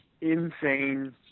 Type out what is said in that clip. insane